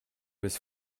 was